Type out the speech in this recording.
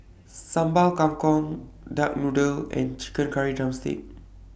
Sambal Kangkong Duck Noodle and Chicken Curry Drumstick